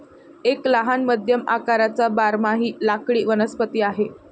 एक लहान मध्यम आकाराचा बारमाही लाकडी वनस्पती आहे